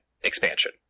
expansion